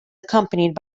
accompanied